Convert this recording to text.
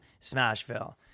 Smashville